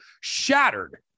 shattered